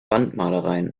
wandmalereien